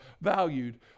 valued